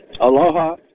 Aloha